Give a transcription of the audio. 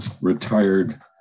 retired